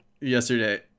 yesterday